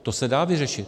To se dá vyřešit.